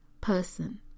person